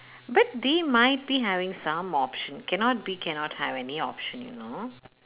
but they might be having some option cannot be cannot have any option you know